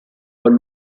trova